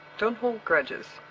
don't hold grudges.